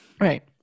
Right